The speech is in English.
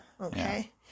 okay